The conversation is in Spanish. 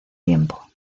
tiempo